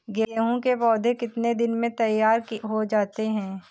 गेहूँ के पौधे कितने दिन में तैयार हो जाते हैं?